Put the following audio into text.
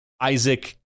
isaac